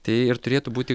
tai ir turėtų būti